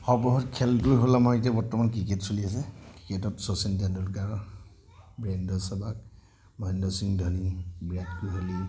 সৰ্ববৃহৎ খেলটোৱেই হ'ল আমাৰ এতিয়া বৰ্তমান ক্ৰিকেট চলি আছে ক্ৰিকেটত শচীন তেণ্ডুলকাৰ বিৰেন্দ্ৰ সেহৱাগ মহেন্দ্ৰ সিং ধোনি বিৰাট কোহলি